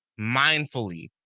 mindfully